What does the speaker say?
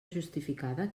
justificada